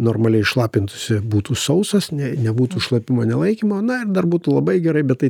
normaliai šlapintųsi būtų sausas ne nebūtų šlapimo nelaikymo na ir dar būtų labai gerai bet tai